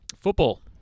Football